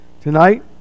tonight